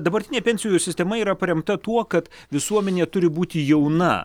dabartinė pensijų sistema yra paremta tuo kad visuomenė turi būti jauna